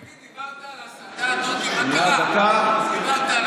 תגיד, דיברת על הסתה, דודי?